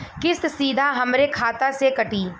किस्त सीधा हमरे खाता से कटी?